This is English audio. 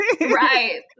Right